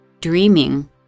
dreaming